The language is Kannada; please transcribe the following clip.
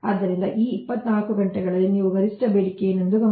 ಆದ್ದರಿಂದ ಈ 24 ಘಂಟೆಗಳಲ್ಲಿ ನೀವು ಗರಿಷ್ಠ ಬೇಡಿಕೆ ಏನೆಂದು ಗಮನಿಸಿ